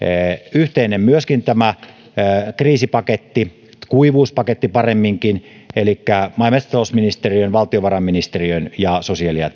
yhteinen tämä kriisipaketti kuivuuspaketti paremminkin maa ja metsätalousministeriön valtiovarainministeriön ja sosiaali ja